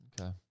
Okay